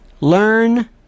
learn